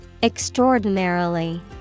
Extraordinarily